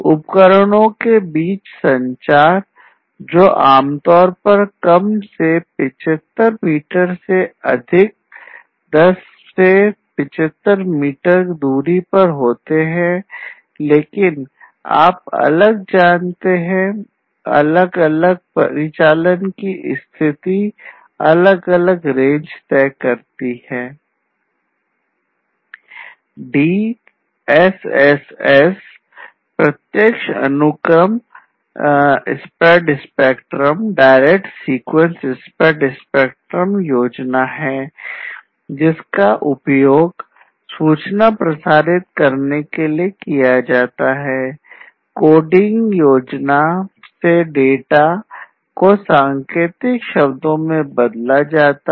DSSS प्रत्यक्ष अनुक्रम spread spectrum coding होता है